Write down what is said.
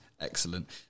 Excellent